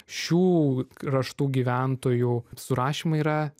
šių kraštų gyventojų surašymų yra